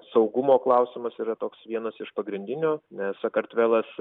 saugumo klausimas yra toks vienas iš pagrindinių nes sakartvelas